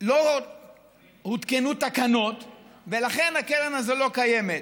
לא הותקנו תקנות, ולכן הקרן הזאת לא קיימת.